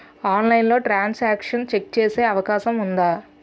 ఆన్లైన్లో transaction check చేసే అవకాశం ఉందా?